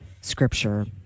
scripture